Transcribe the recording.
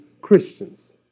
Christians